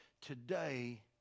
today